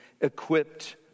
equipped